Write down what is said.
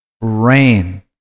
rain